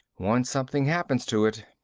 once something happens to it.